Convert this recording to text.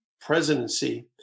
presidency